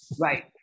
right